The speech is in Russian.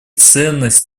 ценность